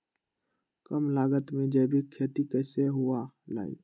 कम लागत में जैविक खेती कैसे हुआ लाई?